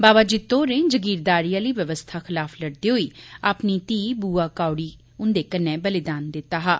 बाबा जित्तो होरें जागीरदारी आली व्यवस्था खलाफ लड़दे होई अपनी धीह् बुआ कौड़ी हुंदे कन्नै बलिदान दित्ता हा